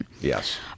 Yes